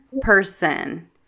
person